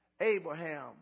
Abraham